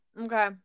Okay